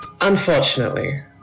Unfortunately